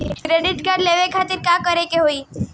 Credit card लेवे खातिर का करे के होई?